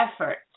effort